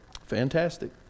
Fantastic